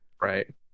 Right